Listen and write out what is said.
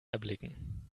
erblicken